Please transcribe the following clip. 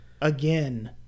again